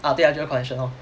ah 对 ah 就是 connection lor